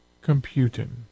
Computing